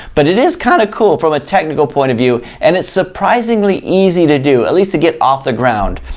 but it is kind of cool from a technical point of view and it's surprisingly easy to do, at least to get off the ground.